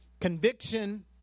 conviction